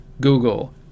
Google